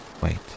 Wait